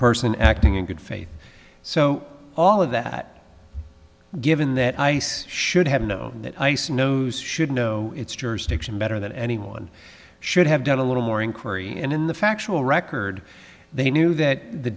person acting in good faith so all of that given that ice should have known that ice knows should know its jurisdiction better than anyone should have done a little more inquiry and in the factual record they knew that the